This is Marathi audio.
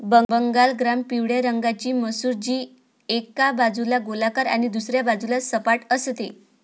बंगाल ग्राम पिवळ्या रंगाची मसूर, जी एका बाजूला गोलाकार आणि दुसऱ्या बाजूला सपाट असते